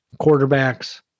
quarterbacks